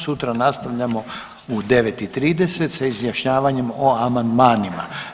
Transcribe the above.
Sutra nastavljamo u 9,30 sa izjašnjavanjem o amandmanima.